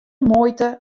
muoite